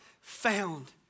found